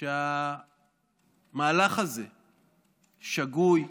שהמהלך הזה שגוי,